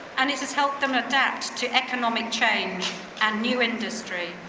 and it has helped them adapt to economic change and new industry.